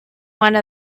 one